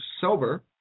Sober